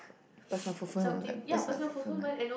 personal fulfilment like personal fulfilment